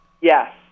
Yes